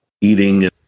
eating